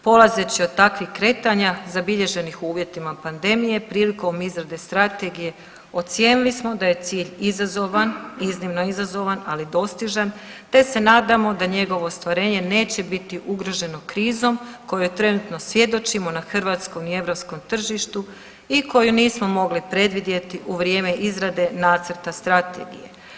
Polazeći od takvih kretanja zabilježenih u uvjetima pandemije prilikom izrade strategije ocijenili smo da je cilj izazovan, iznimno izazovan ali dostižan te se nadamo da njegovo ostvarenje neće biti ugroženo krizom kojoj trenutno svjedočimo na hrvatskom i europskom tržištu i koju nismo mogli predvidjeti u vrijeme izrade nacrta strategije.